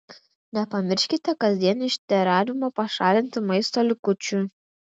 nepamirškite kasdien iš terariumo pašalinti maisto likučių